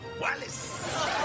Wallace